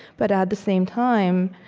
but, at the same time,